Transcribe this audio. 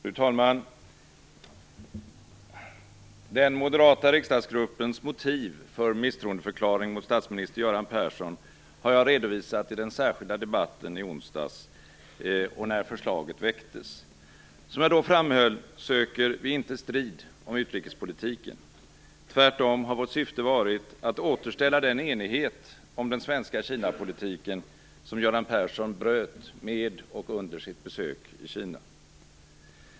Fru talman! Den moderata riksdagsgruppens motiv för misstroendeförklaring mot statsminister Göran Persson har jag redovisat i den särskilda debatten i onsdags och när förslaget väcktes. Som jag då framhöll söker vi inte strid om utrikespolitiken. Tvärtom har vårt syfte varit att återställa den enighet om den svenska Kinapolitiken som Göran Persson bröt med och under sitt besök i Kina.